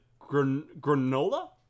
granola